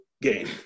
game